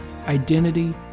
identity